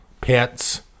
pets